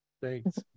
Thanks